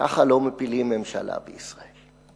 ככה לא מפילים ממשלה בישראל.